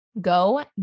go